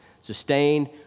Sustained